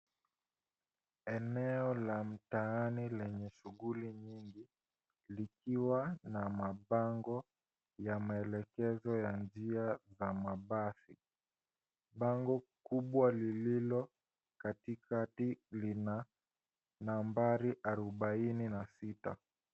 Eneo la mtaani lenye shughuli nyingi likiwa na mabango ya maelekezo ya njia la mabasi. Bango kubwa lililo katikati lina nambari arobaini na sita.